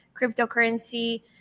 cryptocurrency